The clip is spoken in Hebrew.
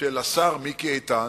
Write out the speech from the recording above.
של השר מיקי איתן,